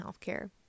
Healthcare